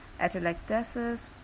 atelectasis